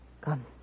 Come